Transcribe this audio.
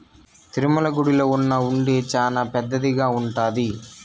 తిరుమల గుడిలో ఉన్న హుండీ చానా పెద్దదిగా ఉంటాది